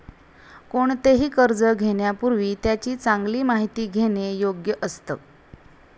कोणतेही कर्ज घेण्यापूर्वी त्याची चांगली माहिती घेणे योग्य असतं